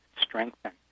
strengthen